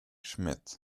schmidt